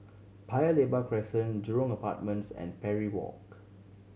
Paya Lebar Crescent Jurong Apartments and Parry Walk